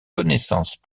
connaissances